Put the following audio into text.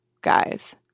guys